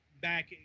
back